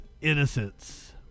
innocence